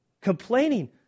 complaining